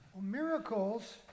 Miracles